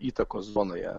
įtakos zonoje